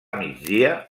migdia